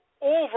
over